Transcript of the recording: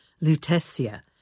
Lutetia